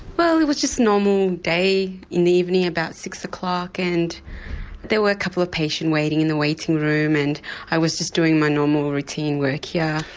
but well it was just a normal day in the evening about six o'clock and there were a couple of patients waiting in the waiting room and i was just doing my normal routine work yeah